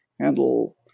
handle